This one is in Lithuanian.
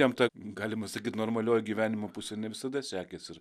jam ta galima sakyt normalioji gyvenimo pusė ne visada sekėsi ir